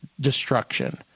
destruction